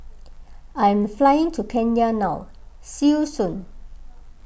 I am flying to Kenya now see you soon